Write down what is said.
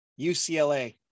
UCLA